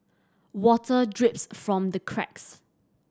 water drips from the cracks